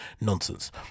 Nonsense